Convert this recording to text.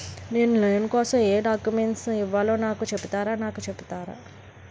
నేను లోన్ కోసం ఎం డాక్యుమెంట్స్ ఇవ్వాలో నాకు చెపుతారా నాకు చెపుతారా?